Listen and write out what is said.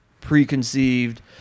preconceived